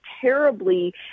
terribly